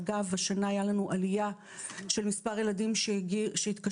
אגב השנה הייתה לנו עלייה במספר הילדים שהתקשרו